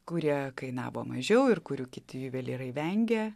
kurie kainavo mažiau ir kurių kiti juvelyrai vengia